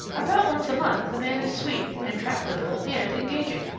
about once a month the man is sweet and tractable and engaging.